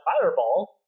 fireball